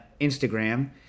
Instagram